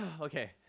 Okay